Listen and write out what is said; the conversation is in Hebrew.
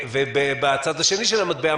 ובצד השני של המטבע,